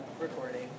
recording